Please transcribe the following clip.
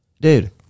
Dude